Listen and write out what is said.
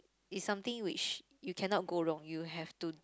is something which you cannot go wrong you have to